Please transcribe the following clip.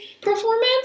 performance